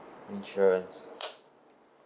insurance